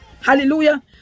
Hallelujah